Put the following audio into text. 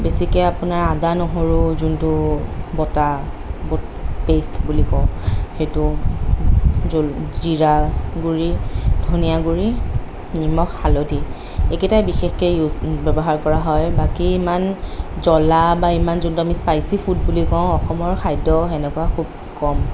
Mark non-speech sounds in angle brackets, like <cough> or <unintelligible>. বেছিকৈ আপোনাৰ আদা নহৰু যোনটো বটা বুট পেষ্ট বুলি কওঁ সেইটোও <unintelligible> জিৰাগুৰি ধনীয়াগুৰি নিমখ হালধি এইকেইটাই বিশেষকৈ ইউছ ব্য়ৱহাৰ কৰা হয় বাকী ইমান জ্বলা বা ইমান যোনটো আমি স্পাইচি ফুড বুলি কওঁ অসমৰ খাদ্য় সেনেকুৱা খুব কম